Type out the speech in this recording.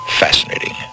fascinating